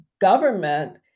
government